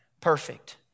perfect